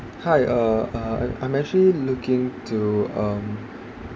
hi uh uh I'm actually looking to um